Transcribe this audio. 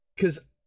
cause